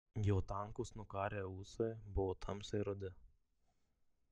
jo tankūs nukarę ūsai buvo tamsiai rudi